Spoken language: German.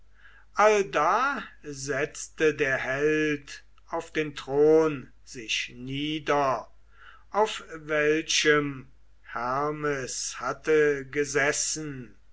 allda setzte der held auf den thron sich nieder auf welchem hermes hatte gesessen